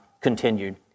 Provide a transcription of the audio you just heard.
continued